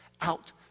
out